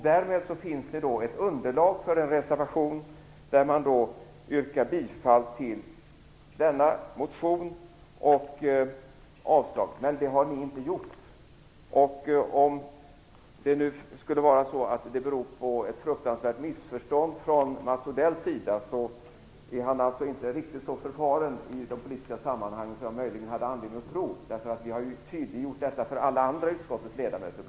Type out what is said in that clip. Därmed finns ett underlag för en reservation där man yrkar bifall till denna motion och avslag på propositionen. Men ni har inte reserverat er. Om det beror på ett fruktansvärt missförstånd från Mats Odells sida, är han inte riktigt så erfaren i politiska sammanhang som jag möjligen hade anledning att tro. Vi har tydliggjort detta för alla andra ledamöter i utskottet.